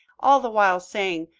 all the while saying,